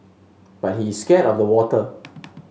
but he is scared of the water